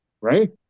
right